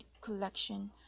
collection